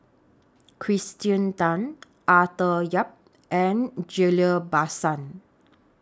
Kirsten Tan Arthur Yap and Ghillie BaSan